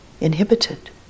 inhibited